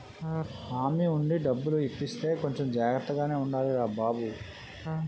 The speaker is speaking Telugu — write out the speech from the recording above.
హామీ ఉండి డబ్బులు ఇప్పిస్తే కొంచెం జాగ్రత్తగానే ఉండాలిరా బాబూ